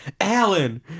Alan